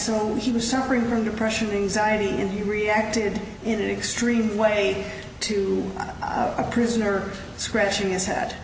soon he was suffering from depression anxiety and he reacted in an extreme way to a prisoner scratching his head